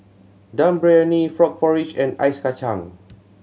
Dum Briyani frog porridge and Ice Kachang